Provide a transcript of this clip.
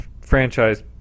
franchise